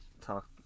talk